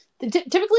typically